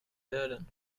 döden